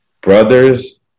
brother's